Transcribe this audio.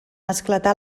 esclatar